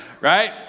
right